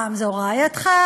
רעייתך,